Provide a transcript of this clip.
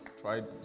tried